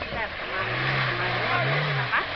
நல்லாயிருக்கம்மா நல்லாயிருக்கம்மா என்ன பிரச்சனைம்மா